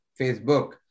Facebook